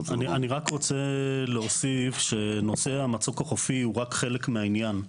אני רק רוצה להוסיף שנושא המצוק החופי הוא רק חלק מהעניין.